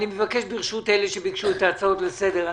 ברשות אלה שביקשו את ההצעות לסדר,